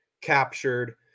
captured